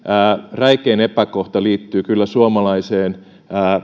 räikein epäkohta liittyy kyllä suomalaisen